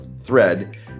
thread